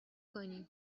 کنی